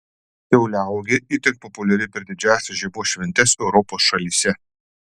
kiauliauogė itin populiari per didžiąsias žiemos šventes europos šalyse